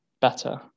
better